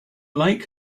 like